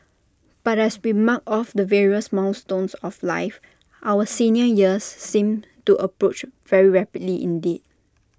but as we mark off the various milestones of life our senior years seem to approach very rapidly indeed